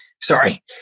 Sorry